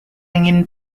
ingin